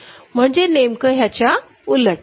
म्हणजे नेमकं याच्या उलट